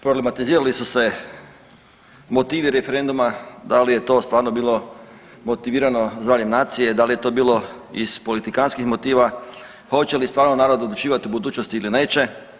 Problematizirali su se motivi referenduma da li je to stvarno bilo motivirano zdravljem nacije, da li je to bilo iz politikanskih motiva, hoće li stvarno narod odlučivati o budućnosti ili neće.